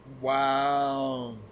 Wow